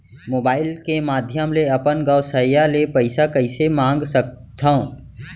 Mobile के माधयम ले अपन गोसैय्या ले पइसा कइसे मंगा सकथव?